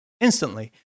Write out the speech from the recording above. instantly